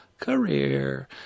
career